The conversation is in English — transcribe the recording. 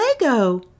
Lego